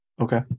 Okay